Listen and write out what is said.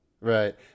Right